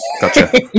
Gotcha